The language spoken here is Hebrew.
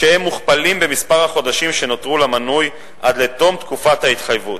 כשהם מוכפלים במספר החודשים שנותרו למנוי עד לתום תקופת ההתחייבות.